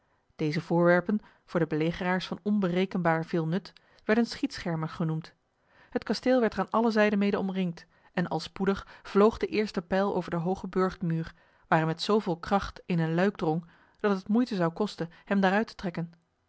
deze voorwerpen voor de belegeraars van onberekenbaar veel nut werden schietschermen genoemd het kasteel werd er aan alle zijden mede omringd en al spoedig vloog de eerste pijl over den hoogen burchtmuur waar hij met zooveel kracht in een luik drong dat het moeite zou kosten hem daaruit te trekken